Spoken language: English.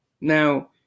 Now